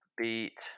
beat